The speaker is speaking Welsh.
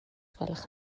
gwelwch